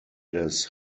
des